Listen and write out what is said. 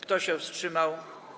Kto się wstrzymał?